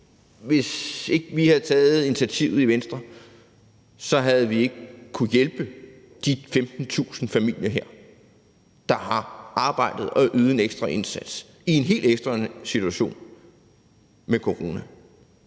vi i Venstre havde taget initiativet, havde vi ikke kunnet hjælpe de her 15.000 familier, der har arbejdet og ydet en ekstra indsats i denne helt ekstraordinære situation med corona.